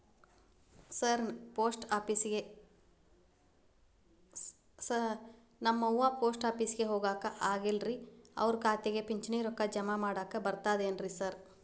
ನಮ್ ಅವ್ವ ಪೋಸ್ಟ್ ಆಫೇಸಿಗೆ ಹೋಗಾಕ ಆಗಲ್ರಿ ಅವ್ರ್ ಖಾತೆಗೆ ಪಿಂಚಣಿ ರೊಕ್ಕ ಜಮಾ ಮಾಡಾಕ ಬರ್ತಾದೇನ್ರಿ ಸಾರ್?